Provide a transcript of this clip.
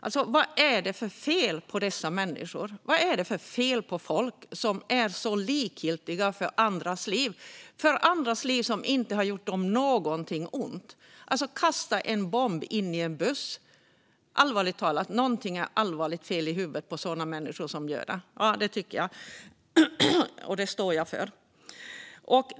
Alltså: Vad är det för fel på dessa människor? Hur kan folk vara så likgiltiga för andras liv - människor som inte har gjort dem något ont? Något är allvarligt fel i huvudet på den som kastar in en bomb i en buss. Det tycker jag, och det står jag för.